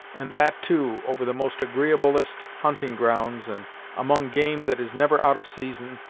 and that, too, over the most agreeablest hunting grounds, and among game that is never out of season,